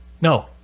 No